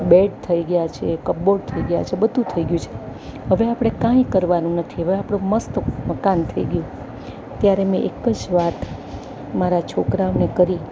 bed થઈ ગયા છે કબોટ થઈ ગયા છે બધું થઈ ગ્યું છે હવે આપણે કંઈ કરવાનું નથી હવે આપણે મસ્ત મકાન થઈ ગયું ત્યારે મેં એક જ વાત મારા છોકરાઓને કરી